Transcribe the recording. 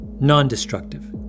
non-destructive